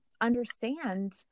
understand